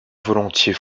volontiers